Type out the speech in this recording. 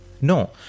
No